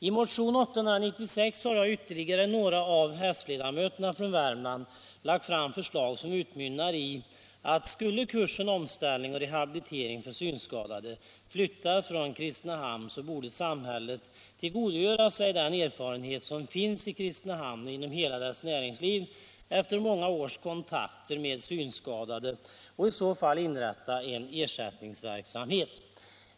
I motionen 896 har jag och ytterligare några av s-ledamöterna från Värmland lagt fram förslag som utmynnar i att om kursen Omställning och rehabilitering för synskadade flyttas från Kristinehamn, borde samhället tillgodogöra sig den erfarenhet som finns i Kristinehamn och inom hela dess näringsliv, efter många års kontakter med synskadade, och skapa en ersättningsverksamhet.